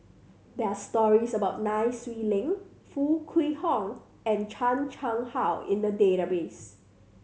there are stories about Nai Swee Leng Foo Kwee Horng and Chan Chang How in the database